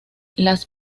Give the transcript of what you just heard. las